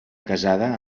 casada